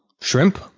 Shrimp